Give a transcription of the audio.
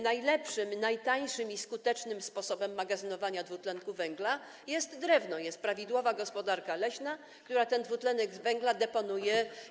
Najlepszym, najtańszym i skutecznym sposobem magazynowania dwutlenku węgla jest drewno, jest prawidłowa gospodarka leśna, która ten dwutlenek węgla deponuje.